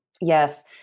Yes